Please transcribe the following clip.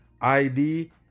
ID